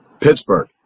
Pittsburgh